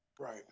Right